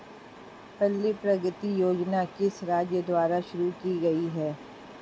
पल्ले प्रगति योजना किस राज्य द्वारा शुरू की गई है?